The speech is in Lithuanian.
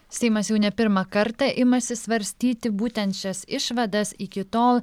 seimas jau ne pirmą kartą imasi svarstyti būtent šias išvadas iki tol